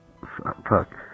fuck